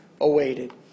awaited